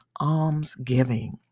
almsgiving